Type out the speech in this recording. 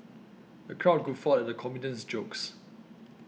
the crowd guffawed at the comedian's jokes